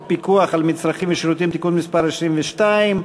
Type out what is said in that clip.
הפיקוח על מצרכים ושירותים (תיקון מס' 22)